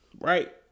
right